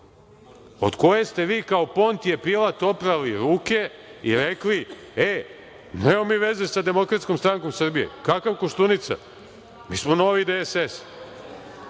od koje ste vi kao Pontije Pilat oprali ruke i rekli - e, nemamo mi veze sa Demokratskom strankom Srbije, kakav Koštunica, mi smo Novi DSS.